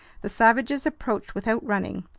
the savages approached without running,